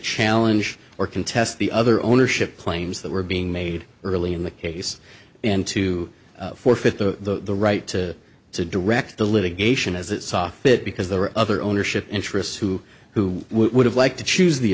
challenge or contest the other ownership planes that were being made early in the case and to forfeit the right to to direct the litigation as it saw fit because there were other ownership interests who who would have liked to choose the